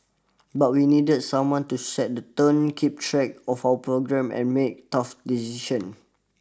but we needed someone to set the tone keep track of our program and make tough decisions